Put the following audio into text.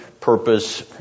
purpose